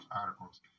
articles